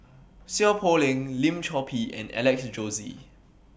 Seow Poh Leng Lim Chor Pee and Alex Josey